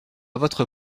votre